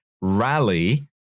rally